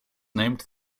named